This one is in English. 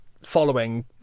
following